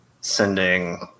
sending